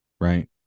right